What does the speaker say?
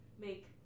Make